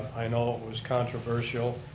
i know it was controversial,